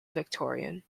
vic